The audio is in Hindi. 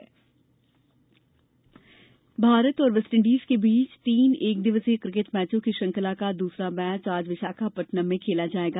क्रिकेट भारत और वेस्टइंडीज के बीच तीन एक दिवसीय क्रिकेट मैचों की श्रंखला का दूसरा मैच आज विशाखापत्तनम में खेला जाएगा